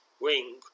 Wing